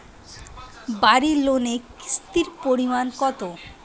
বাড়ি লোনে কিস্তির পরিমাণ কত?